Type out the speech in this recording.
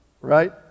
right